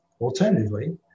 Alternatively